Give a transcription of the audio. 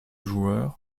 joueur